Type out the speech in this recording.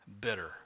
bitter